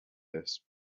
this